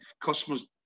customers